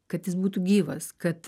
kad jis būtų gyvas kad